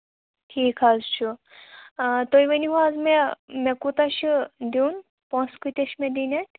ٹھیٖک حظ چھُ آ تُہۍ ؤنِوحظ مےٚ مےٚ کوٗتاہ چھُ دیُن پۅنٛسہٕ کٲتیٛاہ چھِ مےٚ دِنۍ اَتہِ